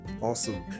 Awesome